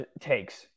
takes